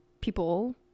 people